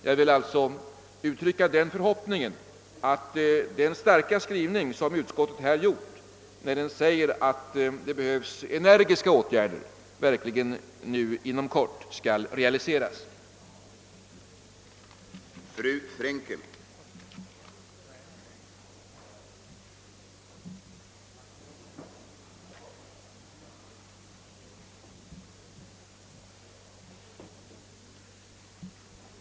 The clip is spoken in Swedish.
Jag vill alltså uttrycka den förhoppningen att utskottets bestämda skrivning angående behovet av att åtgärder energiskt vidtas verkligen inom kort skall leda till resultat.